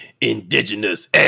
indigenous